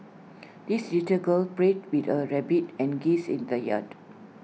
this little girl played with her rabbit and geese in the yard